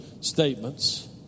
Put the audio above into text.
statements